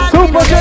Super